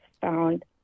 found